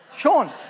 Sean